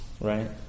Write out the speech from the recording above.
right